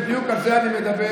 בדיוק על זה אני מדבר,